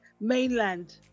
mainland